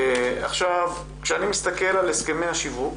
עכשיו, כשאני מסתכל על הסכמי השיווק,